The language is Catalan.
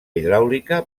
hidràulica